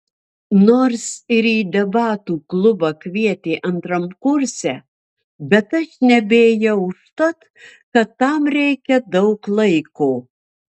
nors ir į debatų klubą kvietė antram kurse bet aš nebeėjau užtat kad tam reikia daug laiko